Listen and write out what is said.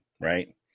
right